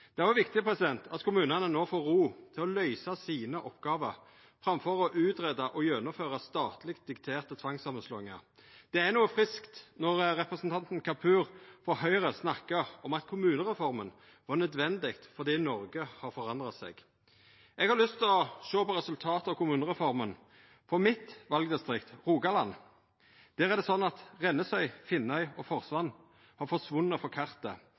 Det er òg viktig at kommunane no får ro til å løysa sine oppgåver, framfor å greia ut og gjennomføra statleg dikterte tvangssamanslåingar. Det er noko friskt når representanten Kapur frå Høgre snakkar om at kommunereforma var nødvendig fordi Noreg har forandra seg. Eg har lyst til å sjå på resultatet av kommunereforma. For mitt valdistrikt, Rogaland, er det sånn at Rennesøy, Finnøy og Forsand har forsvunne